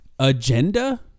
agenda